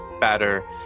better